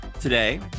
Today